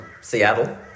seattle